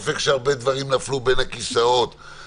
להגיד ששינוי הנסיבות מחייב את הממשלה --- ראתה הממשלה כי אין צורך,